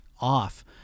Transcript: off